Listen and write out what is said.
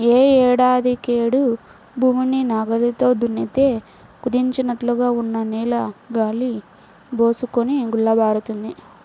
యే ఏడాదికాయేడు భూమిని నాగల్లతో దున్నితే కుదించినట్లుగా ఉన్న నేల గాలి బోసుకొని గుల్లబారుతుంది